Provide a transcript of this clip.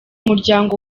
muryango